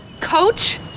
coach